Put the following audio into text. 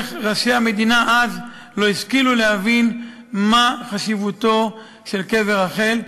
איך ראשי המדינה אז לא השכילו להבין מה חשיבותו של קבר רחל?